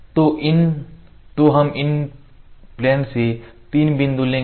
तो हम इस प्लेन से तीन बिंदु लेंगे